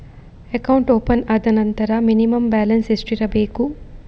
Account open ಆದ ನಂತರ minimum balance ಎಷ್ಟಿರಬೇಕು?